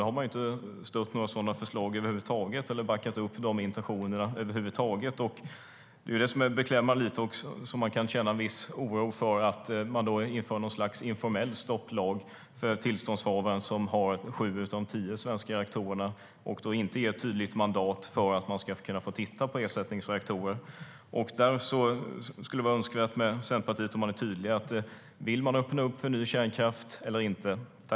Nu har man inte stött några sådana förslag eller backat upp de intentionerna över huvud taget. Det är det som är lite beklämmande. STYLEREF Kantrubrik \* MERGEFORMAT Energi